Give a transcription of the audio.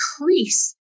increase